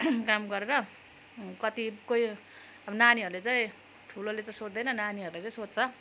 काम गरेर कति कोही अब नानीहरूले चाहिँ ठुलोले त सोद्धैन नानीहरूले त सोध्छ